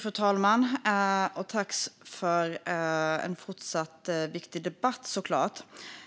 Fru talman! Tack för en fortsatt viktig debatt, såklart!